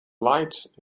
lights